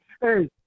Hey